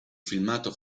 filmato